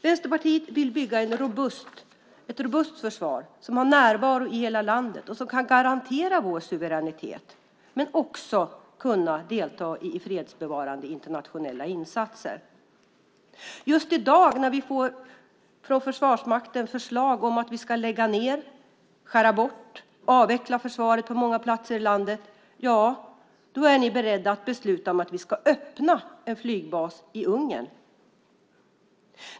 Vänsterpartiet vill bygga ett robust försvar som har närvaro i hela landet, som kan garantera vår suveränitet men som också ska kunna delta i fredsbevarande internationella insatser. Just i dag när vi från Försvarsmakten får förslag om att vi ska lägga ned, skära bort och avveckla försvaret på många platser i landet är ni beredda att besluta om att vi ska öppna en flygbas i Ungern.